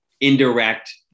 indirect